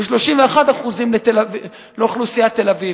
ו-31% לאוכלוסיית תל-אביב.